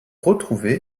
retrouvé